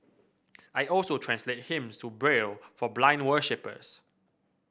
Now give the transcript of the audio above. I also translate hymns to Braille for blind worshippers